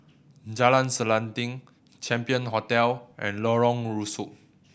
Jalan Selanting Champion Hotel and Lorong Rusuk